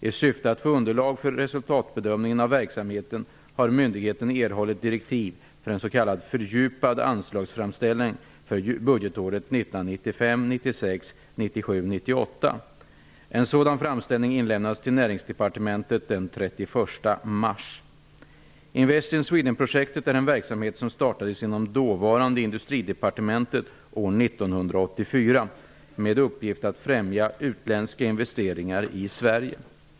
I syfte att få underlag för en resultatbedömning av verksamheten har myndigheten erhållit direktiv för en s.k. fördjupad anslagsframställning för budgetåren 1995/96-- Invest in Sweden-projektet är en verksamhet som startades inom dåvarande Industridepartementet år 1984 med uppgift att främja utländska investeringar i Sverige.